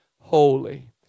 holy